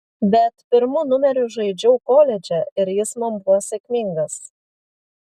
bet pirmu numeriu žaidžiau koledže ir jis man buvo sėkmingas